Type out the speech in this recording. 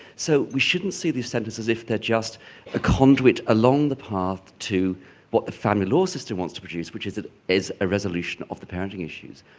so we shouldn't see these centres as if they're just a conduit along the path to what the family law system wants to produce, which is ah is a resolution of the parenting issues.